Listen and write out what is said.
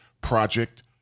project